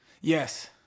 Yes